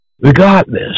Regardless